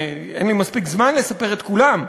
אין לי מספיק זמן לספר את כולם,